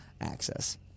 access